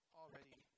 already